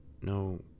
No